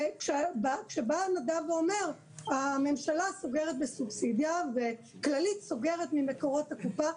כשבא נדב ואומר שהממשלה סוגרת בסובסידיה וכללית סוגרת ממקורות הקופה,